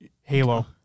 Halo